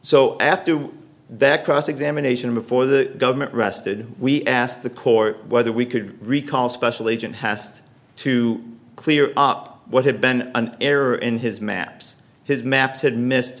so after that cross examination before the government rested we asked the court whether we could recall a special agent hast to clear up what had been an error in his maps his ma